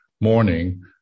morning